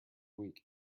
week